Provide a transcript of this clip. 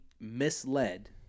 misled